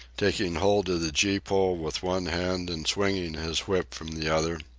taking hold of the gee-pole with one hand and swinging his whip from the other.